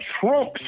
Trump